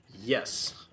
Yes